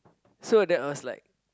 so that was like